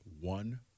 one